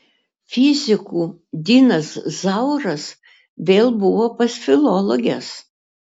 fizikų dinas zauras vėl buvo pas filologes